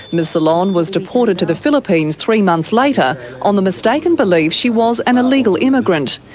ms solon was deported to the philippines three months later on the mistaken belief she was an illegal immigrant.